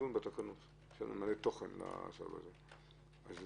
הצבעה בעד,